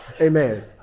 Amen